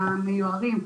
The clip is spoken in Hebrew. המיוערים,